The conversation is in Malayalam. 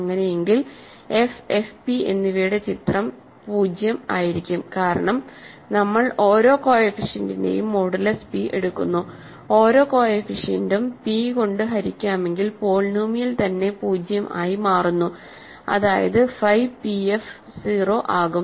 അങ്ങിനെയെങ്കിൽ f fp എന്നിവയുടെ ചിത്രം 0 ആയിരിക്കും കാരണം നമ്മൾ ഓരോ കോഎഫിഷ്യന്റിന്റെയും മോഡുലുസ് പി എടുക്കുന്നു ഓരോ കോഎഫിഷ്യന്റും p കൊണ്ട് ഹരിക്കാമെങ്കിൽ പോളിനോമിയൽ തന്നെ 0 ആയി മാറുന്നു അതായത് phi pf 0 ആകും